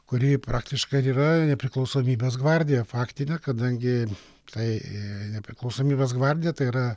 kuri praktiškai ir yra nepriklausomybės gvardija faktinė kadangi tai nepriklausomybės gvardija tai yra